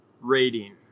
rating